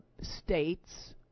States